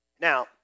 Now